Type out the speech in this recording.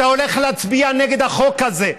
אתה הולך להצביע נגד החוק הזה.